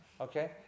Okay